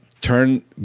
turn